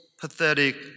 pathetic